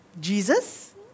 Jesus